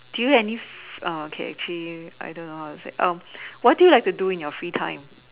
do you any f~ err okay actually I don't know how to say err what do you like to do in your free time